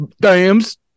Dams